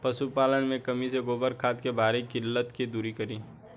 पशुपालन मे कमी से गोबर खाद के भारी किल्लत के दुरी करी?